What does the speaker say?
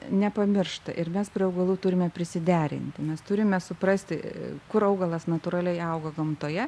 nepamiršta ir mes prie augalų turime prisiderinti mes turime suprasti kur augalas natūraliai auga gamtoje